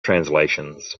translations